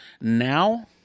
Now